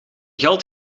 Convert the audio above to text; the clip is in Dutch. geld